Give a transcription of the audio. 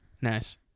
Nice